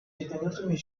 penultimate